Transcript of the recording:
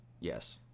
Yes